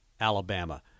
Alabama